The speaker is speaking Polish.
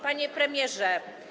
Panie Premierze!